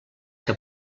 que